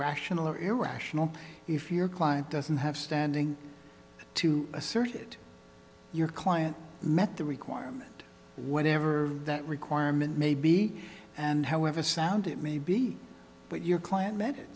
rational or irrational if your client doesn't have standing to assert that your client met the requirement whatever that requirement may be and however sound it may be but your cli